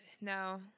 No